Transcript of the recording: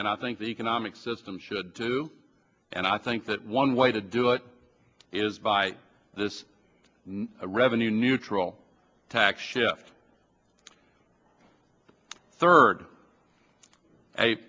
and i think the economic system should do and i think that one way to do it is by this new revenue neutral tax shift third a